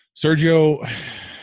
sergio